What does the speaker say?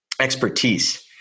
expertise